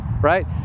right